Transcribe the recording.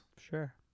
Sure